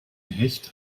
hecht